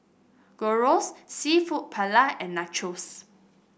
Gyros seafood Paella and Nachos